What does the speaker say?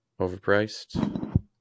overpriced